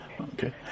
Okay